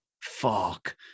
fuck